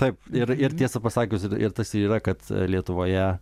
taip ir ir tiesą pasakius ir ir tas ir yra kad lietuvoje